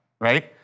right